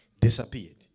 disappeared